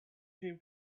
dream